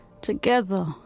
together